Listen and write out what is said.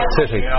city